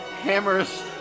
Hammers